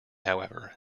however